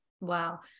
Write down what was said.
Wow